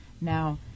Now